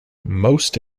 most